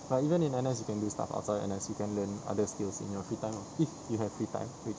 but even in N_S you can do stuff outside N_S you can learn other skills in your free time ah if you have free time which